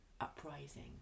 uprising